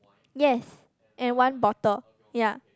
yes and one bottle ya